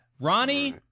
Ronnie